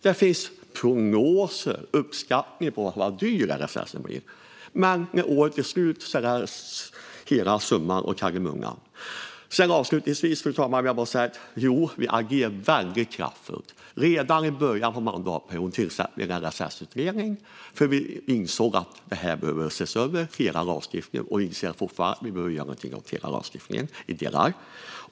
Det finns prognoser för och uppskattningar av hur dyr LSS blir, men när året är slut blir det hela summan av kardemumman. Avslutningsvis, fru talman, vill jag bara säga att vi agerar kraftfullt. Redan i början av mandatperioden tillsatte vi en LSS-utredning framför allt därför att vi insåg att vi behövde göra något åt hela lagstiftningen, i delar.